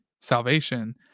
salvation